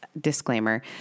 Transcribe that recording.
disclaimer